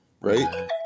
right